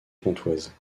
pontoise